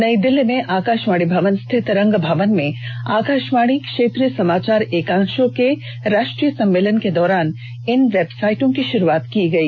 नई दिल्ली में आकाशवाणी भवन स्थित रंग भवन में आकाशवाणी क्षेत्रीय समाचार एकांशों के राष्ट्रीय सम्मेलन के दौरान इन वेबसाइटों की शुरूआत की गई